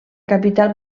capital